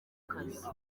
kazi